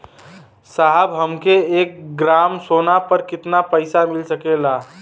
साहब हमके एक ग्रामसोना पर कितना पइसा मिल सकेला?